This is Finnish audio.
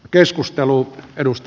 arvoisa puhemies